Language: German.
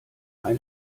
ein